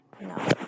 No